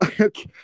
Okay